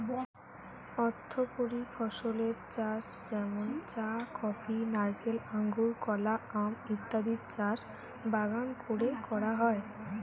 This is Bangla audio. অর্থকরী ফসলের চাষ যেমন চা, কফি, নারকেল, আঙুর, কলা, আম ইত্যাদির চাষ বাগান কোরে করা হয়